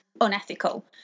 unethical